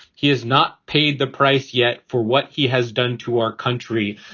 he has not paid the price yet for what he has done to our country.